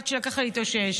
בזמן שלקח לה להתאושש.